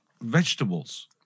vegetables